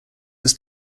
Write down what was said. his